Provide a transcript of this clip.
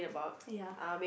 !aiya!